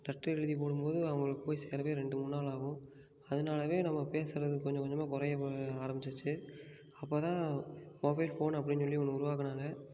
letter எழுதி போடும் போது அவங்களுக்கு போய் சேரவே ரெண்டு மூணு நாள் ஆகும் அதுனாலயே நம்ம பேசுகிறது கொஞ்சம் கொஞ்சமாக குறைய ஆரம்மிச்சுச்சு அப்போதான் மொபைல் ஃபோன் அப்படின் சொல்லி ஒன்று உருவாக்குனாங்க